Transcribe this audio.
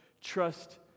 trust